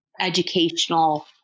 educational